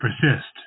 persist